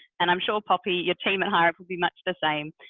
and i'm sure poppy, your team at hireup will be much the same.